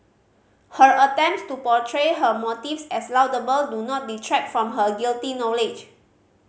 her attempts to portray her motives as laudable do not detract from her guilty knowledge